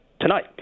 tonight